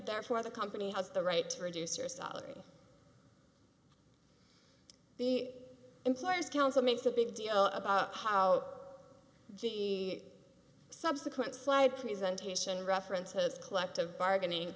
there for the company has the right to reduce your salary the employers council makes a big deal about how subsequent slide presentation reference has collective bargaining